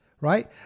right